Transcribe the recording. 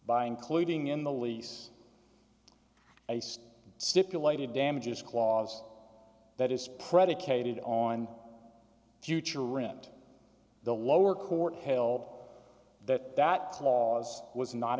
by including in the lease based stipulated damages clause that is predicated on future rent the lower court held that that clause was not